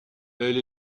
elle